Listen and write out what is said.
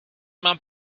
mám